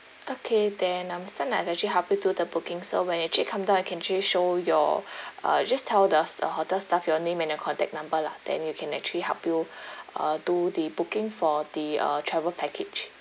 okay then uh miss tan I've actually help you do the booking so when you actually come down you can actually show your uh you just tell the the hotel's staff your name and your contact number lah then you can actually help you uh do the booking for the uh travel package